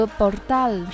Portal